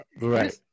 Right